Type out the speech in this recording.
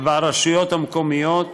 ועל הרשויות המקומיות,